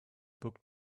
book